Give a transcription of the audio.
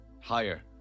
Higher